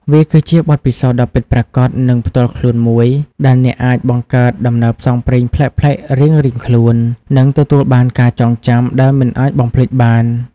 វាគឺជាបទពិសោធន៍ដ៏ពិតប្រាកដ និងផ្ទាល់ខ្លួនមួយ ដែលអ្នកអាចបង្កើតដំណើរផ្សងព្រេងប្លែកៗរៀងៗខ្លួន និងទទួលបានការចងចាំដែលមិនអាចបំភ្លេចបាន។